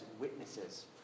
witnesses